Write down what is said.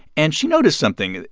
and she noticed something,